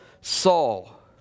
Saul